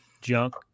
junk